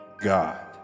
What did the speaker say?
God